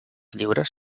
lliures